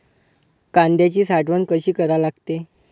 कांद्याची साठवन कसी करा लागते?